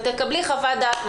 תקבלי חוות-דעת נוספת.